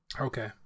okay